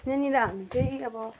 यहाँनेर हामी चाहिँ अब